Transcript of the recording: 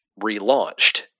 relaunched